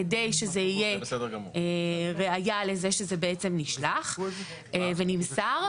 כדי שזה יהווה ראיה לכך שזה נשלח ונמסר.